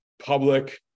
public